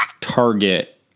target